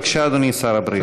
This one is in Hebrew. בבקשה, אדוני שר הבריאות.